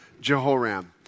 Jehoram